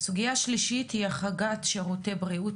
סוגייה שלישית היא החרגת שירותי בריאות